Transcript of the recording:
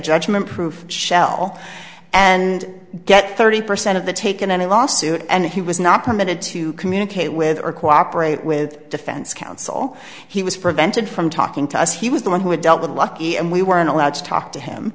judgment proof shell and get thirty percent of the taken any lawsuit and he was not permitted to communicate with or cooperate with defense counsel he was prevented from talking to us he was the one who had dealt with lucky and we weren't allowed to talk to him